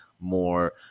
more